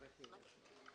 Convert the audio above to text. הישיבה ננעלה בשעה 10:40.